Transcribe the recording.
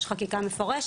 יש חקיקה מפורשת.